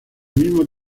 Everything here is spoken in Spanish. mismo